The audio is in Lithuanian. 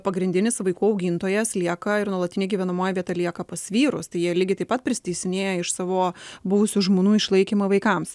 pagrindinis vaikų augintojas lieka ir nuolatinė gyvenamoji vieta lieka pas vyrus tai jie lygiai taip pat priteisinėja iš savo buvusių žmonų išlaikymą vaikams